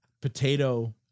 potato